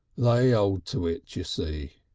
they old to it, you see.